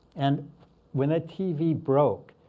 and when the tv broke,